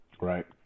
Right